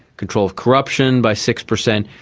control of corruption by six percent,